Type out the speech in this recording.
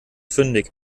fündig